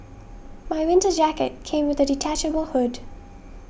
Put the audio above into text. my winter jacket came with a detachable hood